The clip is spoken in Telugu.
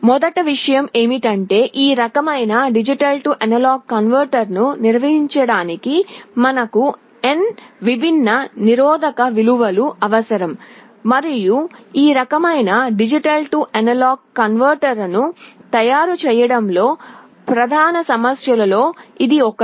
మొదటి విషయం ఏమిటంటే ఈ రకమైన D A కన్వర్టర్ను నిర్మించడానికి మనకు n విభిన్న నిరోధక విలువలు అవసరం మరియు ఈ రకమైన D A కన్వర్టర్ను తయారు చేయడంలో ప్రధాన సమస్యలలో ఇది ఒకటి